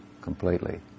completely